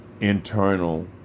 internal